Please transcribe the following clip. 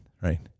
Right